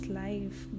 life